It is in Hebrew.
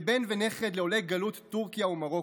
כבן ונכד לעולי גלות טורקיה ומרוקו,